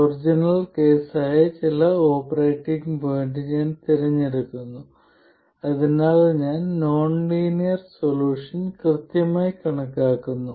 original case ആയ ചില operating point ഞാൻ തിരഞ്ഞെടുക്കുന്നു അതിനായി ഞാൻ നോൺ ലീനിയർ സൊല്യൂഷൻ കൃത്യമായി കണക്കാക്കുന്നു